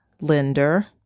lender